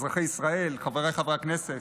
אזרחי ישראל, חבריי חברי הכנסת,